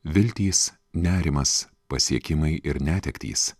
viltys nerimas pasiekimai ir netektys